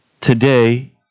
Today